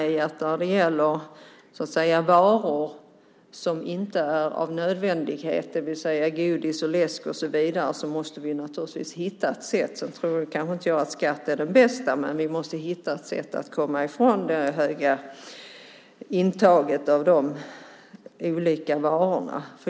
Jag tror att en skatt kanske inte är det bästa, men jag kan instämma i att vi måste hitta ett sätt att komma ifrån det höga intaget av varor som inte är nödvändiga, det vill säga godis, läsk och så vidare.